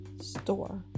store